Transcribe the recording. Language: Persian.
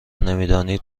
نمیدانید